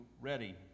ready